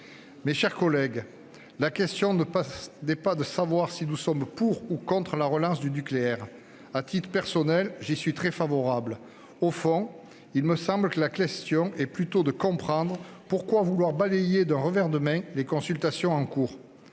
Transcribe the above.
Mes chers collègues, la question n'est pas de savoir si nous sommes pour ou contre la relance du nucléaire. À titre personnel, j'y suis très favorable. Au fond, il me semble qu'il s'agit plutôt de comprendre pourquoi vouloir balayer d'un revers de main les consultations en cours.